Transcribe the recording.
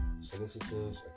solicitors